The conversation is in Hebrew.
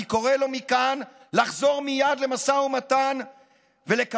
אני קורא לו מכאן לחזור מייד למשא ומתן ולקבל